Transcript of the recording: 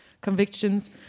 convictions